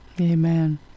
Amen